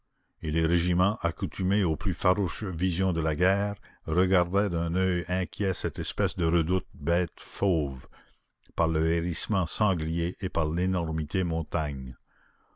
et les régiments accoutumés aux plus farouches visions de la guerre regardaient d'un oeil inquiet cette espèce de redoute bête fauve par le hérissement sanglier et par l'énormité montagne